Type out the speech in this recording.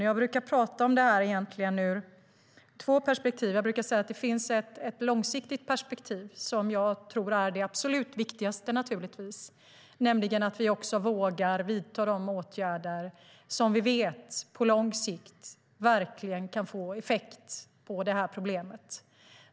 Jag brukar tala om detta ur två perspektiv. Det finns ett långsiktigt perspektiv, som är det absolut viktigaste, nämligen att vi vågar vidta de åtgärder som vi vet på lång sikt verkligen kan få effekt på problemet.